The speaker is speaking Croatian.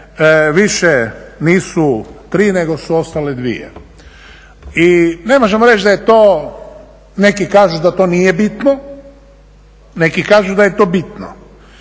više nisu tri nego su ostale dvije. I ne možemo reći da je to, neki kažu da to nije bitno, neki kažu da je to bitno.